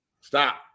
Stop